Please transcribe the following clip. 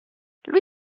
lui